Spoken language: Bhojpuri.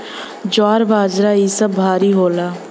ज्वार बाजरा इ सब भारी होला